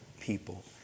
people